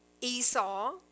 Esau